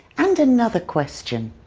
and another question.